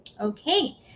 Okay